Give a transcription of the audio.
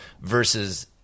versus